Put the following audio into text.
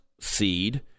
seed